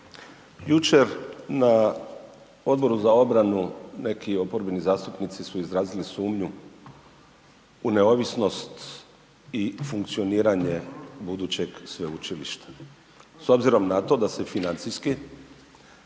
Jučer na Odboru za obranu neki oporbeni zastupnici su izrazili sumnju u neovisnost i funkcioniranje budućeg sveučilišta. S obzirom na to da se financijski